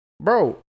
bro